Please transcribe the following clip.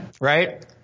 Right